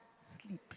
sleep